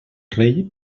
rei